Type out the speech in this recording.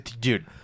Dude